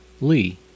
Lee